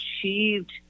achieved